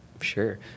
Sure